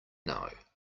know